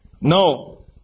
No